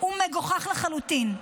הוא מגוחך לחלוטין.